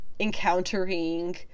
encountering